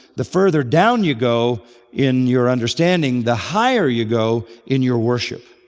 the further down you go in your understanding, the higher you go in your worship.